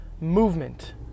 movement